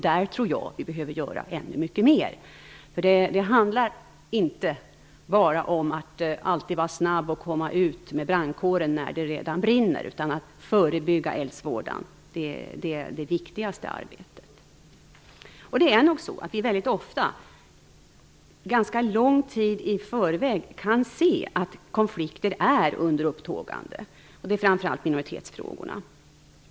Jag tror att vi behöver göra ännu mycket mer i sådana sammanhang. Det handlar nämligen inte alltid om att vara snabb ut med brandkåren när det redan brinner, utan det viktigaste arbetet är att förebygga eldsvådan. Det är nog så att vi ganska lång tid i förväg kan se om konflikter är under upptågande, framför allt när det gäller minoritetsfrågorna.